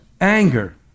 anger